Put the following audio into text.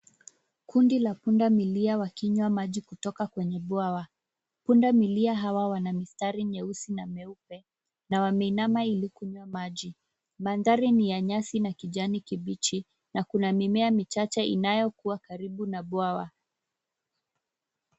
Kundi la pundamilia wakinywa maji kutoka kwenye bwawa. Pundamilia hawa wana mistari nyeusi na nyeupe na wameinama ili kunywa maji. Mandhari ni ya nyasi na kijani kibichi na kuna mimea michache inayokua karibu na bwawa.